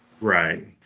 Right